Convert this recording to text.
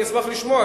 אני אשמח לשמוע,